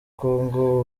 congo